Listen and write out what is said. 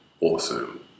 awesome